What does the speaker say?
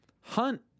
Hunt